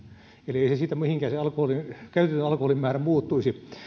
eli ei se käytetyn alkoholin määrä siitä mihinkään muuttuisi